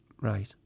Right